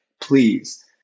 please